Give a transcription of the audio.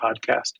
podcast